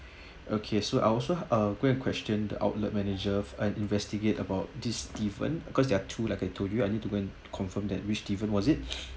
okay so I will also uh go and question the outlet manager and investigate about this steven because there are two like I told you I need to go and confirm that which steven was it